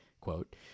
quote